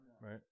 right